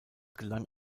gelang